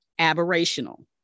aberrational